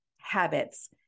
habits